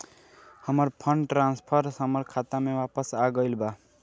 हमर fund transfer हमर खाता में वापस आ गईल बा